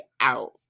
out